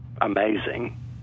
amazing